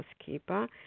housekeeper